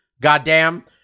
Goddamn